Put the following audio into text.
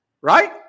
Right